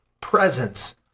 presence